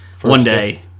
one-day